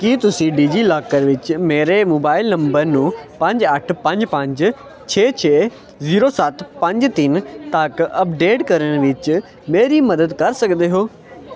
ਕੀ ਤੁਸੀਂ ਡਿਜੀਲਾਕਰ ਵਿੱਚ ਮੇਰੇ ਮੋਬਾਈਲ ਨੰਬਰ ਨੂੰ ਪੰਜ ਅੱਠ ਪੰਜ ਪੰਜ ਛੇ ਛੇ ਜ਼ੀਰੋ ਸੱਤ ਪੰਜ ਤਿੰਨ ਤੱਕ ਅੱਪਡੇਟ ਕਰਨ ਵਿੱਚ ਮੇਰੀ ਮਦਦ ਕਰ ਸਕਦੇ ਹੋ